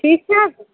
ٹھیٖک چھَ حظ